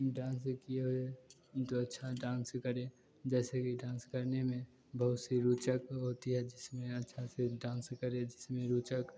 dance किए हुए जो अच्छा डांस करे जैसे कि डांस करने में बहुत सी रुचक होती है जिसमें अच्छा से डांस करे जिसमें रुचक